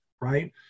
right